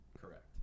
Correct